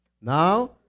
Now